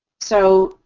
so,